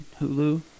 Hulu